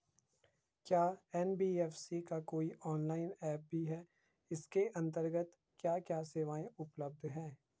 क्या एन.बी.एफ.सी का कोई ऑनलाइन ऐप भी है इसके अन्तर्गत क्या क्या सेवाएँ उपलब्ध हैं?